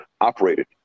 operated